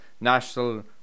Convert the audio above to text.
National